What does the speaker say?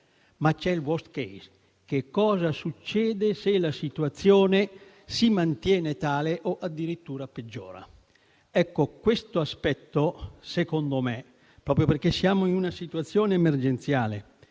e c'è il *worst case*, ovvero cosa accade se la situazione si mantiene tale o addirittura peggiora. Secondo me, questo aspetto manca, proprio perché siamo in una situazione emergenziale